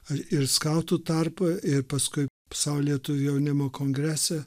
ir skautų tarpą ir paskui sau lietuvių jaunimo kongrese